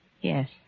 Yes